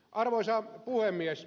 arvoisa puhemies